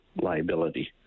liability